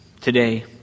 Today